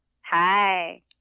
Hi